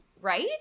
right